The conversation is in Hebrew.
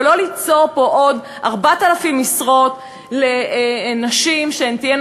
אבל לא ליצור פה עוד 4,000 משרות לנשים שתהיינה